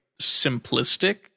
simplistic